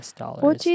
dollars